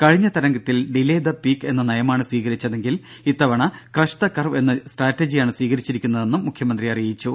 കഴിഞ്ഞ തരംഗത്തിൽ delay the peak എന്ന നയമാണ് സ്വീകരിച്ചതെങ്കിൽ ഇത്തവണ ക്രഷ് ദ കർവ് എന്ന സ്ട്രാറ്റജിയാണ് സ്വീകരിച്ചിരിക്കുന്നതെന്ന് മുഖ്യമന്ത്രി പറഞ്ഞു